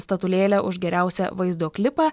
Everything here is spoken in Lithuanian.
statulėlę už geriausią vaizdo klipą